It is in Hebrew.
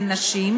לנשים,